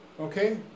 Okay